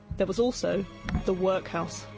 there was also the workhouse.